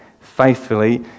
faithfully